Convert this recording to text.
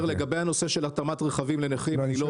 לגבי הנושא של התאמת רכבים לנכים אני לא